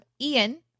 Ian